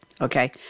okay